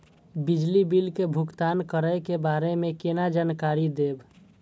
बिजली बिल के भुगतान करै के बारे में केना जानकारी देब?